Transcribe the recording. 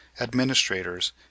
administrators